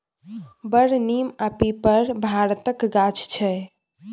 बर, नीम आ पीपर भारतक गाछ छै